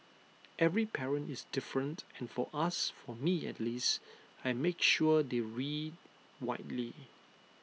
every parent is different and for us for me at least I make sure they read widely